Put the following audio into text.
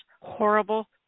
horrible